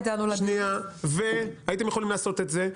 הייתם יכולים לעשות את זה.